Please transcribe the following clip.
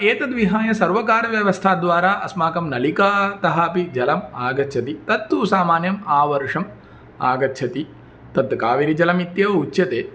एतद् विहाय सर्वकारव्यवस्थाद्वारा अस्माकं नलिकातः अपि जलं आगच्छति तत्तु सामान्यम् आवर्षम् आगच्छति तद् कावेरि जलमेव उच्यते